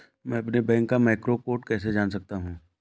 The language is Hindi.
मैं अपने बैंक का मैक्रो कोड कैसे जान सकता हूँ?